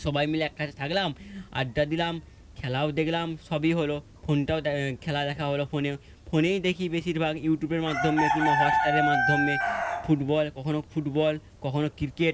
সবাই মিলে এক কাছে থাকলাম আড্ডা দিলাম খেলাও দেখলাম সবই হলো ফোনটাও খেলা দেখা হলো ফোনেও ফোনেই দেখি বেশিরভাগ ইউটিউবের মাধ্যমে কিংবা হটস্টারের মাধ্যমে ফুটবল কখনও ফুটবল কখনও ক্রিকেট